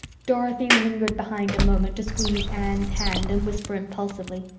dorothy lingered behind a moment to squeeze anne's hand and whisper impulsively.